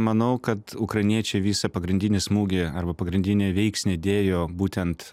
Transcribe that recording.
manau kad ukrainiečiai visą pagrindinį smūgį arba pagrindinį veiksnį dėjo būtent